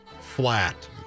flat